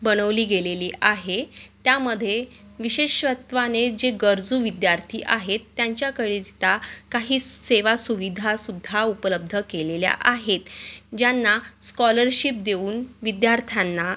बनवली गेलेली आहे त्यामध्ये विशेषत्वाने जे गरजू विद्यार्थी आहेत त्यांच्याकरिता काही स् सेवासुविधासुद्धा उपलब्ध केलेल्या आहेत ज्यांना स्कॉलरशिप देऊन विद्यार्थ्यांना